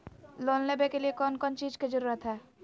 Loan लेबे के लिए कौन कौन चीज के जरूरत है?